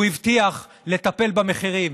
והוא הבטיח לטפל במחירים.